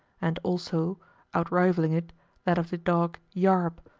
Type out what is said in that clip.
and also outrivalling it that of the dog yarb.